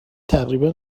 تقریبا